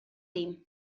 дейм